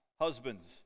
husbands